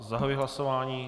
Zahajuji hlasování.